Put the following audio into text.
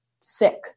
sick